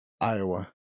Iowa